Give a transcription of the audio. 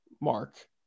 Mark